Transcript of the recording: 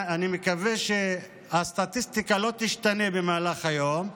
אני מקווה שהסטטיסטיקה לא תשתנה במהלך היום,